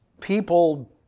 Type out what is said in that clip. people